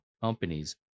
companies